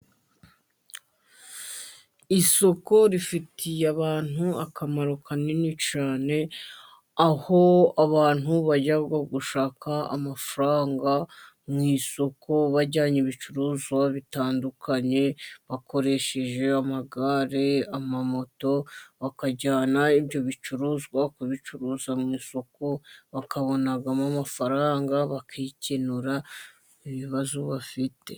Isoko ifitiye abantu akamaro kanini cyane, aho abantu bajya gushaka amafaranga mu isoko bajyanye ibicuruzwa bitandukanye, bakoresheje amagare, amamoto, bakajyana ibyo bicuruzwa ku bicuruza mu isoko, bakabonamo amafaranga bakikenura ibibazo bafite.